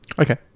Okay